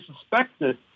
suspected